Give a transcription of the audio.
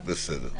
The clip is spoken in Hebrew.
בסדר.